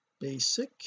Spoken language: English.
basic